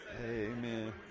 Amen